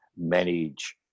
manage